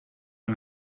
hun